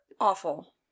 awful